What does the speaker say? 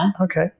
okay